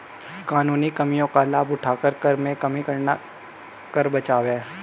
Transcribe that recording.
कानूनी कमियों का लाभ उठाकर कर में कमी करना कर बचाव है